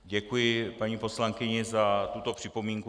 Děkuji paní poslankyni za tuto připomínku.